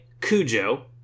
cujo